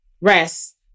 Rest